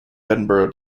edinburgh